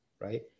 right